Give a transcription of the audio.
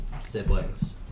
Siblings